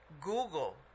Google